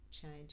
change